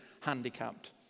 handicapped